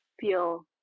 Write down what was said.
feel